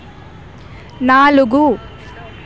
నాలుగు